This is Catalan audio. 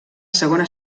segona